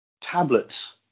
tablets